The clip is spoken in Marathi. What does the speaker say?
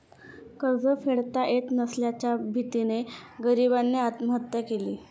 कर्ज फेडता येत नसल्याच्या भीतीने गरीबाने आत्महत्या केली